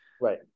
right